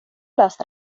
lösa